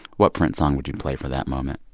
what prince song would you play for that moment?